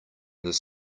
this